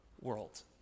world